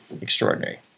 extraordinary